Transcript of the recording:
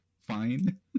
fine